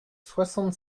soixante